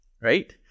right